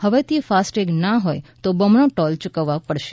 હવેથી ફાસ્ટેગ ના હોય તો બમણો ટોલ ચુકવવા પડશે